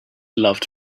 loved